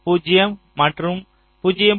0 மற்றும் 0